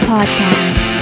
Podcast